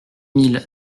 mille